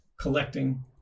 collecting